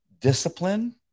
discipline